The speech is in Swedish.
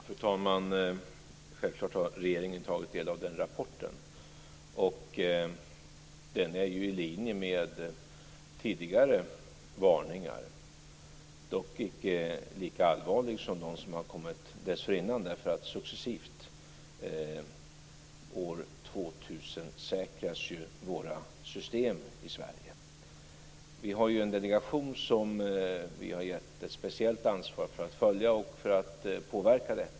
Fru talman! Självfallet har regeringen tagit del av den rapporten. Den är ju i linje med tidigare varningar, dock icke lika allvarlig som de som har kommit dessförinnan. Våra system i Sverige 2000-säkras ju successivt. Vi har givit en särskild delegation ett speciellt ansvar för att följa och påverka detta.